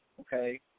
okay